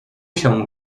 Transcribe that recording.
się